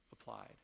applied